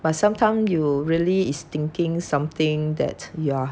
but sometime you really is thinking something that you're